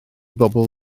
bobol